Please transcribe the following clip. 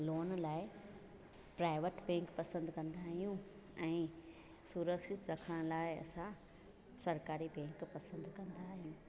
loan लाइ private bank पसंदि कंदा आहियूं ऐं सुरक्षित रखण लाइ असां सरकारी बैंक पसंदि कंदा आहियूं